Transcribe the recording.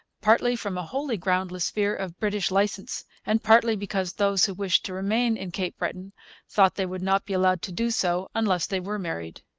partly from a wholly groundless fear of british licence, and partly because those who wished to remain in cape breton thought they would not be allowed to do so unless they were married.